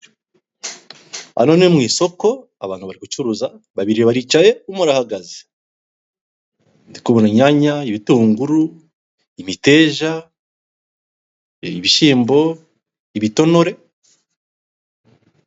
Hano ni mu isoko abantu bari gucuruza, babiri baricaye umwe arahagaze. Ndi kubona inyanya, ibitunguru, imiteja, ibishyimbo, ibitonore,...